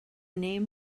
name